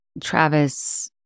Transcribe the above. Travis